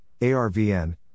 ARVN